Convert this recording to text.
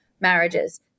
marriages